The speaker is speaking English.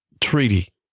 treaty